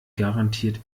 garantiert